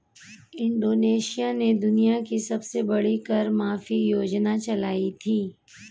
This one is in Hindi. इंडोनेशिया ने दुनिया की सबसे बड़ी कर माफी योजना चलाई थी